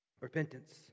repentance